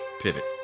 Pivot